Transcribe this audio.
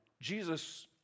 Jesus